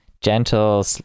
gentle